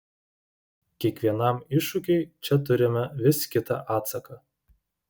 kiekvienam iššūkiui čia turime vis kitą atsaką